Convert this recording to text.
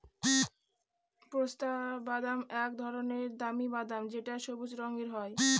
পেস্তা বাদাম এক ধরনের দামি বাদাম যেটা সবুজ রঙের হয়